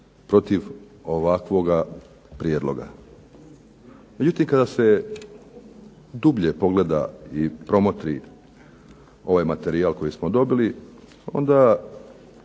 protiv ovakvoga prijedloga. Međutim kada se dublje pogleda i promotri ovaj materijal koji smo dobili, onda